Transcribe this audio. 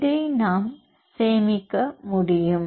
இதை நாம் சேமிக்க முடியும்